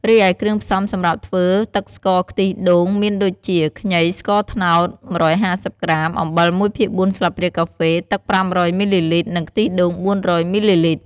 រីឯគ្រឿងផ្សំំសម្រាប់ធ្វើទឹកស្ករខ្ទិះដូងមានដូចជា ខ្ញី ស្ករត្នោត ១៥០ក្រាម អំបិល ១ភាគ៤ ស្លាបព្រាកាហ្វេ ទឹក ៥០០ មីលីលីត្រ និងខ្ទិះដូង ៤០០ មីលីលីត្រ។